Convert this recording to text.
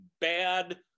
bad